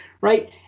right